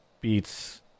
beats